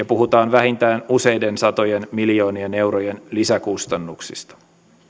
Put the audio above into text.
puhutaan vähintään useiden satojen miljoonien eurojen lisäkustannuksista